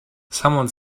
someone